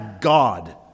God